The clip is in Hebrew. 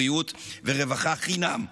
בריאות ורווחה חינם,